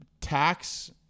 tax